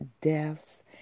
deaths